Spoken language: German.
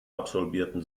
absolvierten